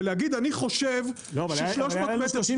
ולהגיד אני חושב ש- 300 מטר.